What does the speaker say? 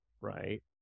right